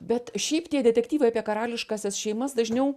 bet šiaip tie detektyvai apie karališkąsias šeimas dažniau